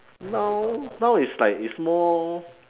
now now is like it's more